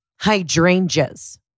hydrangeas